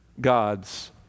God's